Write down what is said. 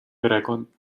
perekond